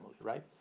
right